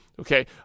okay